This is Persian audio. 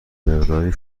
مقداری